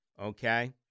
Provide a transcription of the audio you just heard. okay